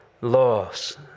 loss